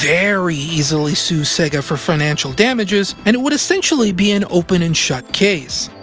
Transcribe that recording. very easily sue sega for financial damages and it would essentially be an open and shut case.